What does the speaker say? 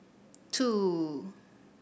two